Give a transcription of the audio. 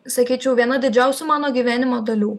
sakyčiau viena didžiausių mano gyvenimo dalių